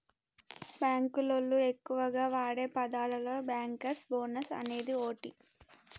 బాంకులోళ్లు ఎక్కువగా వాడే పదాలలో బ్యాంకర్స్ బోనస్ అనేది ఓటి